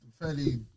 fairly